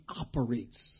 operates